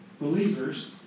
believers